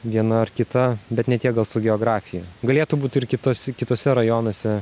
viena ar kita bet ne tiek gal su geografija galėtų būt ir kitos kituose rajonuose